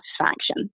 satisfaction